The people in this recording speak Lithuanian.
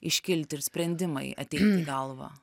iškilti ir sprendimai ateit į galvą